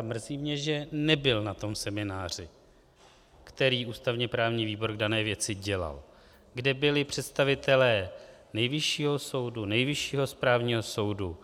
Mrzí mě, že nebyl na tom semináři, který ústavněprávní výbor v dané věci dělal, kde byli představitelé Nejvyššího soudu, Nejvyššího správního soudu,